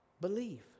Believe